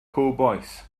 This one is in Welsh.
cowbois